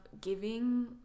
giving